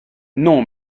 non